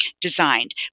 designed